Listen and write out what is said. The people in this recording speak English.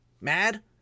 mad